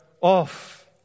off